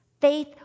Faith